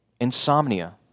Insomnia